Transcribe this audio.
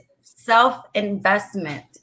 self-investment